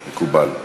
מקובל.